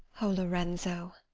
o lorenzo!